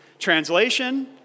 translation